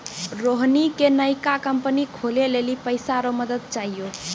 रोहिणी के नयका कंपनी खोलै लेली पैसा रो मदद चाहियो